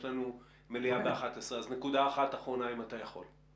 יש לנו מליאה בשעה 11:00. נקודה אחת אחרונה אם אתה יכול.